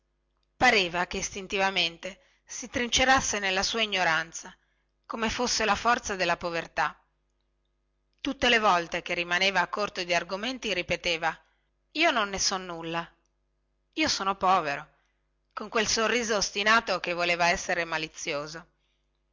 pareva che istintivamente si trincerasse nella sua ignoranza come fosse la forza della povertà tutte le volte che rimaneva a corto di argomenti ripeteva io non ne so nulla io sono povero con quel sorriso ostinato che voleva essere